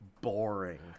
boring